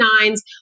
nines